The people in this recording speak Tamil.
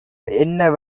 என்ன